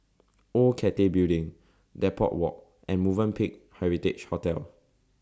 Old Cathay Building Depot Walk and Movenpick Heritage Hotel